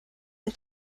und